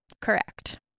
Correct